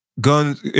Guns